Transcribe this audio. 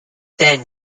then